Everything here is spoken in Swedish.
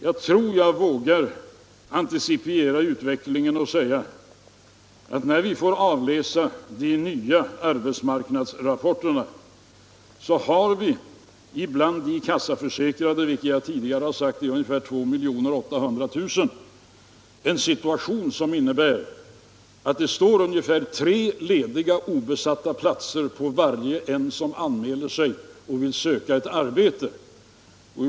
Jag tror jag vågar antecipera utvecklingen och säga att när vi får avläsa de nya arbetsmarknadsrapporterna kommer vi att finna att bland de kassaförsäk rade, vilka jag tidigare har sagt är ungefär 2 800 000, har vi en situation som innebär att det står ungefär tre lediga obesatta platser på var och en som anmäler sig och vill söka ett arbete.